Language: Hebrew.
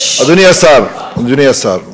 אדוני השר,